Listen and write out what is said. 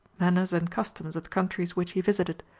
manners and customs, of the countries which he visited.